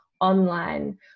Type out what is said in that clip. online